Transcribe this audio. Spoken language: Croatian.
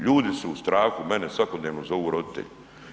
Ljudi su u strahu, mene svakodnevno zovu roditelji.